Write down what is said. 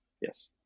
Yes